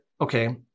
okay